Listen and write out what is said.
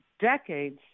decades